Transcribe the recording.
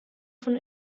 von